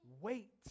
Wait